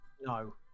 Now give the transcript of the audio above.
no